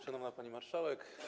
Szanowna Pani Marszałek!